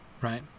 right